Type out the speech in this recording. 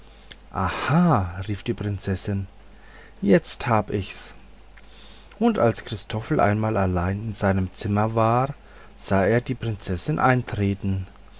aha rief die prinzessin jetzt hab ich's und als christoffel einmal allein in seinem zimmer war sah er die prinzessin eintreten